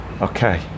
Okay